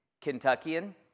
Kentuckian